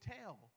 tell